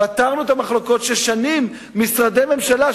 פתרנו את המחלוקות ששנים משרדי ממשלה,